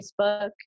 Facebook